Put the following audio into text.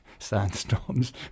sandstorms